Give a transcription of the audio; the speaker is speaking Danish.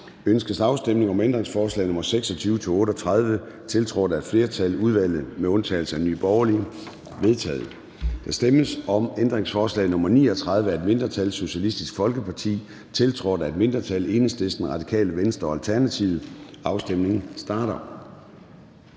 Ønskes afstemning om ændringsforslag nr. 21, tiltrådt af et flertal (udvalget med undtagelse af NB)? Det er vedtaget. Der stemmes om ændringsforslag nr. 23 af et mindretal (SF), tiltrådt af et mindretal (EL, RV og ALT). Afstemningen starter.